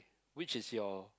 which is your